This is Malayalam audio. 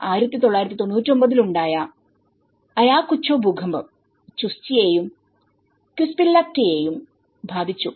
1999 ൽ ഉണ്ടായ അയാകുച്ചോ ഭൂകമ്പംചുസ്ചിയെയും ക്വിസ്പില്ലക്റ്റയെയും ബാധിച്ചു